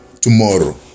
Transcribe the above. tomorrow